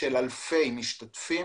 של אלפי משתתפים